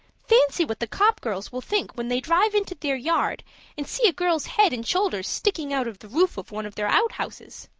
fancy what the copp girls will think when they drive into their yard and see a girl's head and shoulders sticking out of the roof of one of their outhouses.